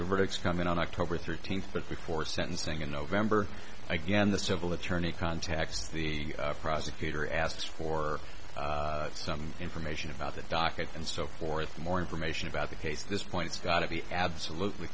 the verdicts come in on october thirteenth but before sentencing in november again the civil attorney contacts the prosecutor asked for some information about the docket and so forth more information about the case at this point it's got to be absolutely